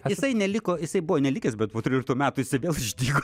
jisai neliko jisai buvo nelikęs bet po tryliktų metų jisai vėl išdygo